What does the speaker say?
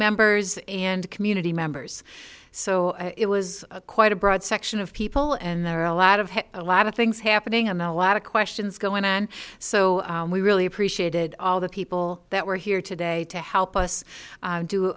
members and community members so it was quite a broad section of people and there are a lot of a lot of things happening on a lot of questions going on so we really appreciated all the people that were here today to help us